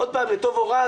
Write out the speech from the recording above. עוד פעם לטוב או רע,